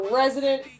resident